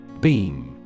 Beam